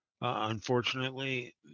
Unfortunately